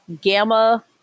Gamma